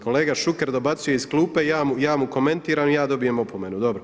Kolega Šuker dobacuje iz klupe i ja mu komentiram i ja dobijem opomenu, dobro.